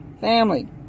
family